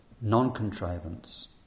non-contrivance